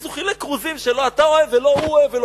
אז הוא חילק כרוזים שלא אתה אוהב ולא הוא אוהב,